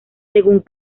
según